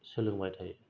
सोलोंबाय थायो